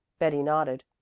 betty nodded.